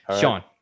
Sean